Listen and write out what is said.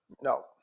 No